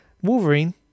Wolverine